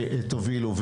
תובילו,